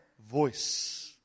voice